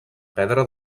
pedra